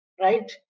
right